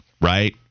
right